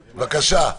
בבקשה.